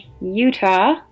Utah